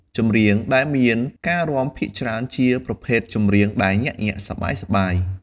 ចម្រៀងដែលមានការរាំភាគច្រើនជាប្រភេទចម្រៀងដែលញាក់ៗ សប្បាយៗ។